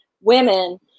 women